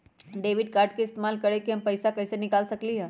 Debit card के इस्तेमाल करके हम पैईसा कईसे निकाल सकलि ह?